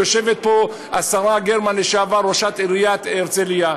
יושבת פה השרה גרמן, לשעבר ראשת עיריית הרצליה.